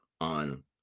on